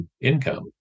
income